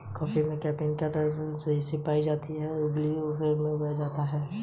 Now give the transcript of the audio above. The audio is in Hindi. रबर का पेड़ सबसे पहले अमेज़न बेसिन में जंगली रूप से उगता था